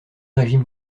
régime